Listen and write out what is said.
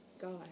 God